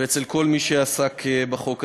ואצל כל מי שעסק בחוק הזה.